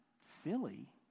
silly